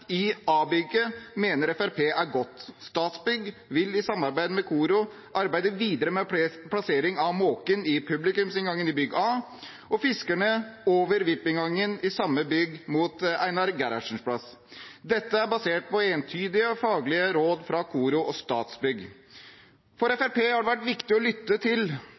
i A-bygget mener Fremskrittspartiet er god. Statsbygg vil i samarbeid med KORO arbeide videre med plassering av «Måken» i publikumsinngangen i A-bygget, og «Fiskerne» over VIP-inngangen i samme bygg, mot Einar Gerhardsens plass. Dette er basert på entydige faglige råd fra KORO og Statsbygg. For Fremskrittspartiet har det vært viktig å lytte til